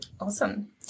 Awesome